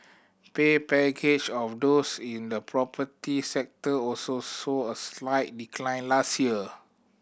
pay package of those in the property sector also saw a slight decline last year